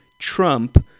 Trump